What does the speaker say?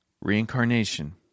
Reincarnation